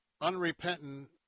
Unrepentant